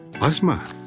Asma